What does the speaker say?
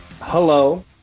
Hello